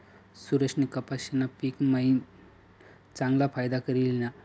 सुरेशनी कपाशीना पिक मायीन चांगला फायदा करी ल्हिना